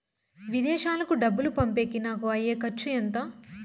విదేశాలకు డబ్బులు పంపేకి నాకు అయ్యే ఖర్చు ఎంత?